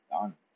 done